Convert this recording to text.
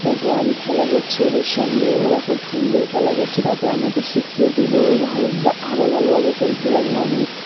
তারপর আমি খেলা করছি ওদের সঙ্গে ওরা খুব সুন্দর খেলা করছে তারপর আমাকে শিখিয়ে দিলো ভালো আরও ভালোভাবে খেলতে লাগবো আমি